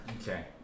Okay